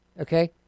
okay